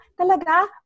talaga